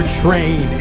train